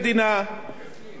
פקידי מדינה,